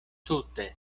tute